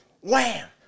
Wham